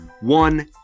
one